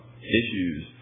issues